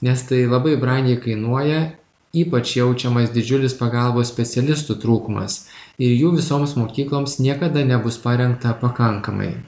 nes tai labai brangiai kainuoja ypač jaučiamas didžiulis pagalbos specialistų trūkumas ir jų visoms mokykloms niekada nebus parengta pakankamai